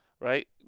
right